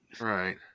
Right